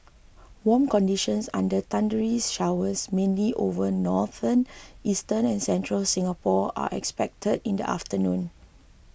warm conditions under thundery showers mainly over northern eastern and central Singapore are expected in the afternoon